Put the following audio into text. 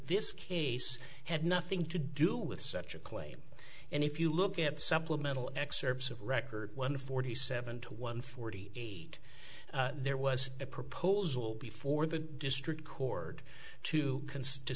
this case had nothing to do with such a claim and if you look at supplemental excerpts of record one forty seven to one forty eight there was a proposal before the district cord to